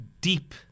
deep